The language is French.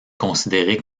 considéré